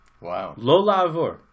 Wow